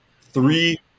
three